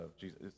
Jesus